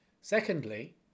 Secondly